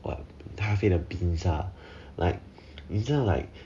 咖啡的 beans lah 你知道 like